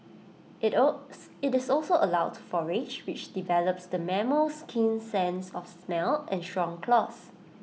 IT IT is also allowed to forage which develops the mammal's keen sense of smell and strong claws